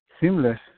seamless